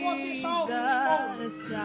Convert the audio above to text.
Jesus